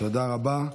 תודה רבה.